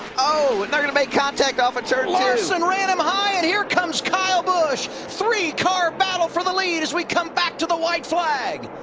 oh, and they're going to make contact off turn two. larson ran him high. and here comes kyle busch. three car battle for the lead as we come back to the white flag.